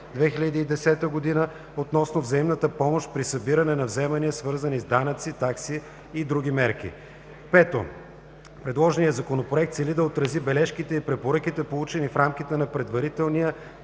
2010 г. относно взаимната помощ при събиране на вземания, свързани с данъци, такси и други мерки. V. Предложеният Законопроект цели да отрази бележките и препоръките, получени в рамките на предварителния